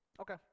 Okay